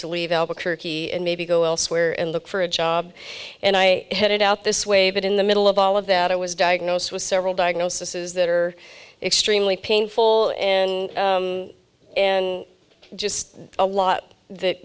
to leave albuquerque and maybe go elsewhere and look for a job and i headed out this way but in the middle of all of that i was diagnosed with several diagnosis is that are extremely painful and and just a lot that